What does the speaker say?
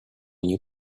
new